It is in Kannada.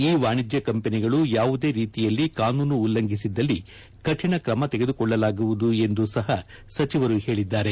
ಇ ವಾಣಿಜ್ಯ ಕಂಪನಿಗಳು ಯಾವುದೇ ರೀತಿಯಲ್ಲಿ ಕಾನೂನು ಉಲ್ಲಂಘಿಸಿದ್ದಲ್ಲಿ ಕಠಿಣ ಕ್ರಮ ತೆಗೆದುಕೊಳ್ಳಲಾಗುವುದು ಎಂದೂ ಸಹ ಸಚಿವರು ಹೇಳಿದ್ದಾರೆ